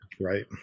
right